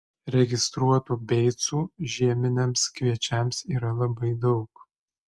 registruotų beicų žieminiams kviečiams yra labai daug